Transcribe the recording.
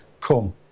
Come